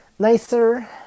nicer